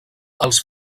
els